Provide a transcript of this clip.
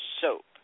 Soap